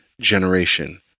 generation